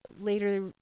later